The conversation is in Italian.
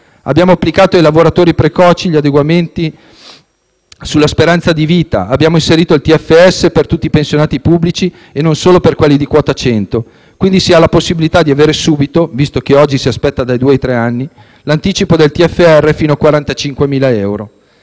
Abbiamo applicato ai lavoratori precoci gli adeguamenti sulla speranza di vita; abbiamo inserito il TFS per tutti i pensionati pubblici e non solo per quelli di quota 100, quindi si ha la possibilità di avere subito l'anticipo del TFR fino a 45.000 euro,